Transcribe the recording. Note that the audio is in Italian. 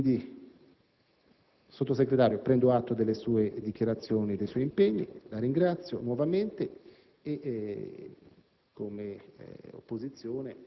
Signor Sottosegretario, prendo atto delle sue dichiarazioni e dei suoi impegni e la ringrazio nuovamente.